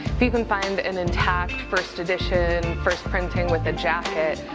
if you can find an intact first edition, first printing with a jacket,